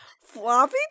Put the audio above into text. floppy